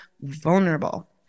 vulnerable